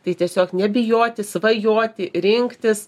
tai tiesiog nebijoti svajoti rinktis